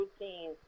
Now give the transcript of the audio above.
routine